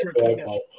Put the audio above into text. okay